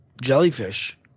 jellyfish